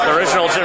original